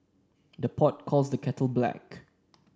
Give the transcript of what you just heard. the pot calls the kettle black